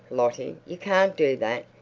lottie, you can't do that.